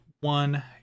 one